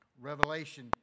Revelation